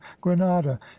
granada